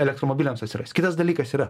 elektromobiliams atsirast kitas dalykas yra